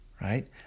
right